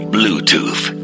Bluetooth